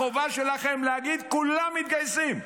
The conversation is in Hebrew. החובה שלכם להגיד: כולם מתגייסים.